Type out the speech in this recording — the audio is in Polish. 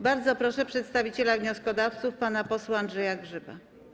Bardzo proszę przedstawiciela wnioskodawców pana posła Andrzeja Grzyba.